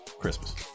Christmas